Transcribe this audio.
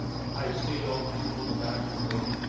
i see all the people in the back of the room,